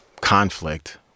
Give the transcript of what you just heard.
conflict